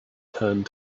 turned